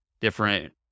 different